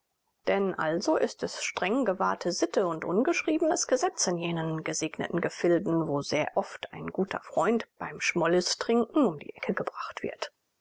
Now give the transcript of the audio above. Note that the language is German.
denn also ist es streng gewahrte sitte und ungeschriebenes gesetz in jenen gesegneten gefilden wo sehr oft ein guter freund beim schmollistrinken um die ecke gebracht wird